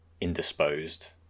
indisposed